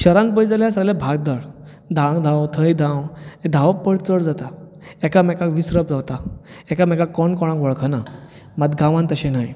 शहरांत पळयत जाल्यार सगळे भाग धौड धांव धांव थंय धांव धांवपळ चड जाता एकामेकाक विसरत रावतात कोण कोणाक वळखनात गांवांत तशें न्हय